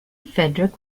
fedric